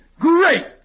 Great